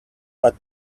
but